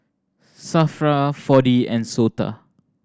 SAFRA Four D and SOTA